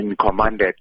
commanded